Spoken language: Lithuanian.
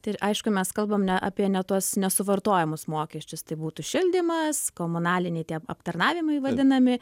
tai ir aišku mes kalbam ne apie ne tuos nesuvartojamus mokesčius tai būtų šildymas komunaliniai tie aptarnavimai vadinami